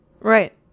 Right